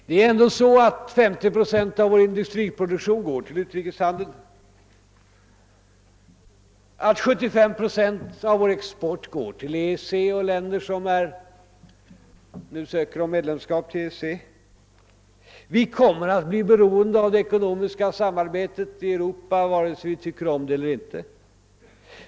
Det är ändå så att 50 procent av vår industriproduktion går till utrikeshandeln och att 75 procent av vår export går till EEC-länder och till länder som nu ansöker om medlemskap i EEC. Vi kommer att bli beroende av det ekonomiska samarbetet, vare sig vi tycker om det eller inte.